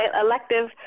elective